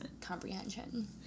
comprehension